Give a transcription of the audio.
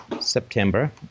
September